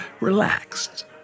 relaxed